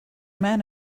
man